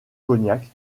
cognac